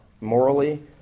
morally